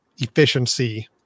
efficiency